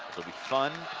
will be fun